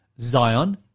Zion